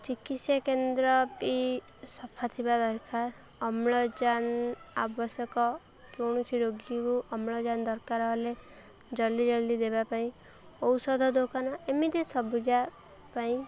ଚିକିତ୍ସା କେନ୍ଦ୍ର ବି ସଫା ଥିବା ଦରକାର ଅମ୍ଳଜାନ ଆବଶ୍ୟକ କୌଣସି ରୋଗୀକୁ ଅମ୍ଳଜାନ ଦରକାର ହେଲେ ଜଲ୍ଦି ଜଲ୍ଦି ଦେବା ପାଇଁ ଔଷଧ ଦୋକାନ ଏମିତି ସବୁଜା ପାଇଁ